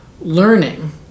learning